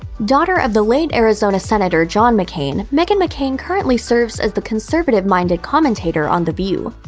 daughter of the late arizona senator john mccain, meghan mccain currently serves as the conservative-minded commentator on the view.